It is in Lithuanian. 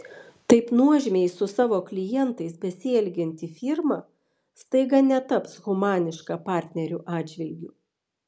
taip nuožmiai su savo klientais besielgianti firma staiga netaps humaniška partnerių atžvilgiu